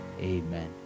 Amen